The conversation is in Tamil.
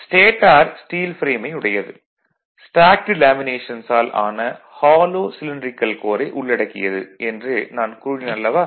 ஸ்டேடார் ஸ்டீல் ப்ரேமை உடையது ஸ்டேக்டு லேமினேஷன்ஸ் ஆல் ஆன ஹாலோ சிலின்ட்ரிகல் கோரை உள்ளடக்கியது என்று நான் கூறினேன் அல்லவா